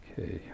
Okay